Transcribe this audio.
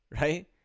Right